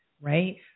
right